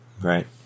Right